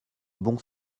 bons